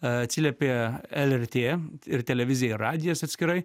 atsiliepė lrt ir televizija ir radijas atskirai